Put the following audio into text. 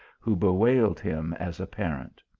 who bewailed him as a parent.